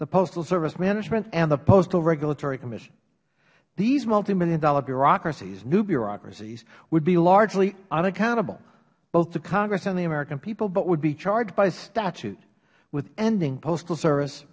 the postal service management and the postal regulatory commission these multimillion dollar bureaucracies new bureaucracies would be largely unaccountable both to congress and the american people but would be charged with statute with ending postal service